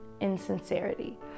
insincerity